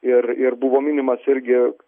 ir ir buvo minimas irgi